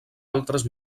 altres